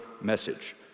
message